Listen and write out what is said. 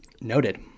Noted